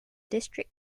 district